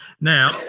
Now